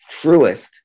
truest